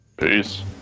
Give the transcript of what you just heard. Peace